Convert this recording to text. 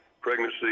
pregnancy